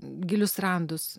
gilius randus